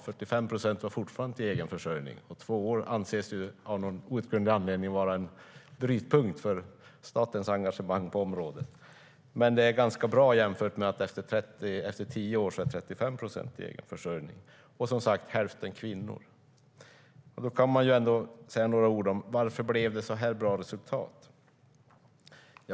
45 procent har fortfarande inte egen försörjning, och två år anses av någon outgrundlig anledning vara en brytpunkt för statens engagemang på området. Men det är ändå ganska bra jämfört med att det efter tio år bara var 35 procent som var i egen försörjning. Och som sagt är hälften kvinnor. Varför blev det då så här bra resultat?